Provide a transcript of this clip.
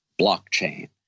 blockchain